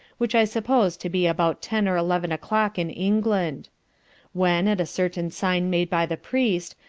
which i suppose to be about ten or eleven o'clock in england when, at a certain sign made by the priest,